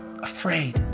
afraid